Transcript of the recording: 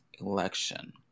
election